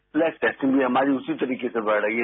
plus testing भी हमारी उसी तरीके से बढ रही है